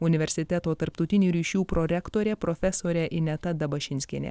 universiteto tarptautinių ryšių prorektorė profesorė ineta dabašinskienė